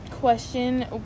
question